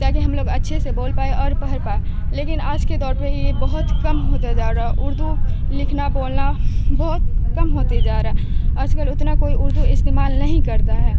تاکہ ہم لوگ اچھے سے بول پائے اور پڑھ پائے لیکن آج کے دور پہ یہ بہت کم ہوتا جا رہا ہے اردو لکھنا بولنا بہت کم ہوتے جا رہا ہے آج کل اتنا کوئی اردو استعمال نہیں کرتا ہے